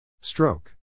Stroke